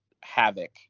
Havoc